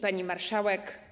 Pani Marszałek!